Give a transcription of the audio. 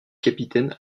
capitaine